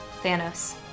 Thanos